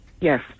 Yes